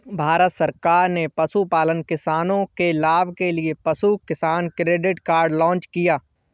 भारत सरकार ने पशुपालन किसानों के लाभ के लिए पशु किसान क्रेडिट कार्ड लॉन्च किया